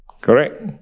Correct